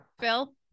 Phil